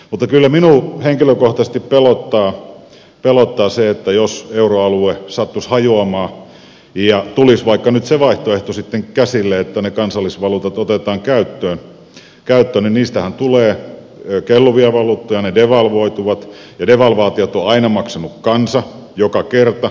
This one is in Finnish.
mutta kyllä minua henkilökohtaisesti pelottaa se jos euroalue sattuisi hajoamaan ja tulisi vaikka nyt se vaihtoehto sitten käsille että ne kansallisvaluutat otetaan käyttöön niin niistähän tulee kelluvia valuuttoja ne devalvoituvat ja devalvaatiot on aina maksanut kansa joka kerta